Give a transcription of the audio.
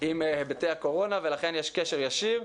עם היבטי הקורונה ולכן יש קשר ישיר,